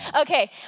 okay